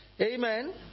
Amen